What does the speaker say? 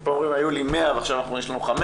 ופה אומרים היו לי 100 ועכשיו יש לנו 500,